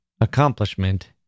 accomplishment